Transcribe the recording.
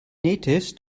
natives